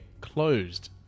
closed